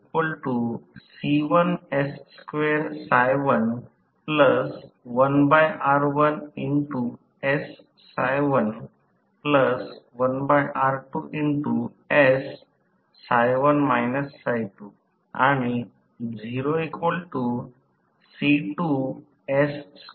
तर स्लिप च्या या श्रेणीसाठी सर्किट मॉडेल मधील भार प्रतिकार पहा आकृती 13 सकारात्मक आहे साहजिकच एक यांत्रिक उर्जा उत्पादन आहे जे टॉर्क त्या दिशेने विकसित होते ज्यामध्ये रोटर S 0 टॉर्क वर फिरतो ज्याला 0 म्हणतात